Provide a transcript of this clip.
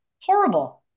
horrible